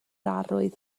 arwydd